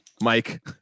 Mike